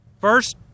First